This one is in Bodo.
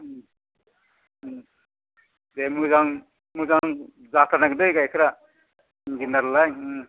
दे मोजां जाथारनांगोन दै गाइखेरा इन्जिनियार नालाय